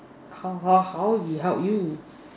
how how how did it help you